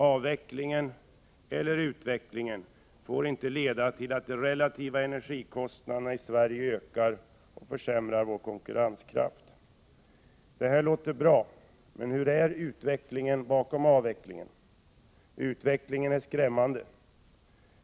Avvecklingen eller utvecklingen får inte leda till att de relativa energikostnaderna i Sverige ökar och försämrar vår konkurrenskraft. Det låter bra. Men hur är utvecklingen bakom avvecklingen? Utvecklingen är skrämmande.